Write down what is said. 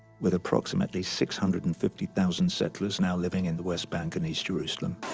with approximately six hundred and fifty thousand settlers now living in the west bank and east jerusalem.